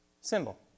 symbol